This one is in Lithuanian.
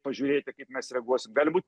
pažiūrėti kaip mes reaguosim gali būt